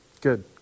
good